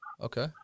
Okay